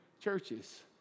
churches